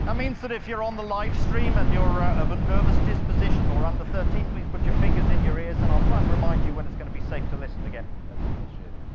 i mean so that if you're on the live stream and you're ah of a nervous disposition or under thirteen, please put your fingers in your ears and i'll try and remind you when it's going to be safe to listen again. that's bullshit.